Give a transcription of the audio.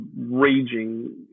raging